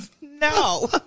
No